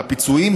והפיצויים,